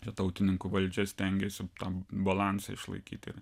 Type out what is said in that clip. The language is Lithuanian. čia tautininkų valdžia stengėsi tam balansą išlaikyti